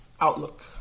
outlook